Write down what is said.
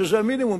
שזה המינימום,